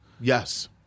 yes